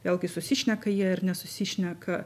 vėlgi susišneka jie ar nesusišneka